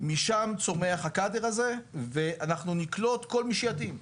משם צומח הקאדר הזה ואנחנו נקלוט כל מי שמתאים.